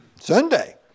Sunday